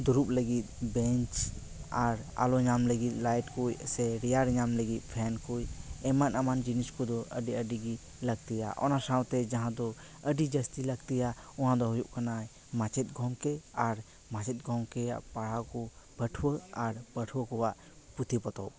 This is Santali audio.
ᱫᱩᱲᱩᱵ ᱞᱟᱹᱜᱤᱫ ᱵᱮᱧᱪ ᱟᱨ ᱟᱞᱳ ᱧᱟᱢ ᱞᱟᱹᱜᱤᱫ ᱞᱟᱭᱤᱴ ᱠᱚ ᱥᱮ ᱨᱮᱭᱟᱲ ᱧᱟᱢ ᱞᱟᱹᱜᱤᱫ ᱯᱷᱮᱱ ᱠᱚ ᱮᱢᱟᱱ ᱮᱢᱟᱱ ᱡᱤᱱᱤᱥ ᱠᱚᱫᱚ ᱟᱹᱰᱤ ᱟᱹᱰᱤᱜᱮ ᱞᱟᱹᱠᱛᱤᱭᱟ ᱚᱱᱟ ᱥᱟᱶᱛᱮ ᱡᱟᱦᱟᱸᱫᱚ ᱟᱹᱰᱤ ᱡᱟᱹᱥᱛᱤ ᱞᱟᱹᱠᱛᱤᱭᱟ ᱚᱱᱟᱫᱚ ᱦᱩᱭᱩᱜ ᱠᱟᱱᱟᱭ ᱢᱟᱪᱮᱫ ᱜᱚᱢᱠᱮ ᱟᱨ ᱢᱟᱪᱮᱫ ᱜᱚᱢᱠᱮᱭᱟᱜ ᱯᱟᱲᱦᱟᱣ ᱠᱚ ᱯᱟᱹᱴᱷᱩᱭᱟᱹ ᱟᱨ ᱯᱟᱹᱴᱷᱩᱭᱟᱹ ᱠᱚᱣᱟᱜ ᱯᱩᱛᱷᱤ ᱯᱚᱛᱚᱵᱽ